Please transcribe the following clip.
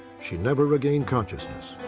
she never regained consciousness.